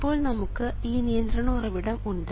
ഇപ്പോൾ നമുക്ക് ഈ നിയന്ത്രണ ഉറവിടം ഉണ്ട്